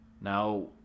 Now